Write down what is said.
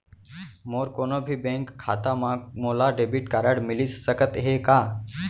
मोर कोनो भी बैंक खाता मा मोला डेबिट कारड मिलिस सकत हे का?